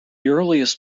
earliest